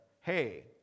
hey